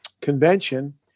convention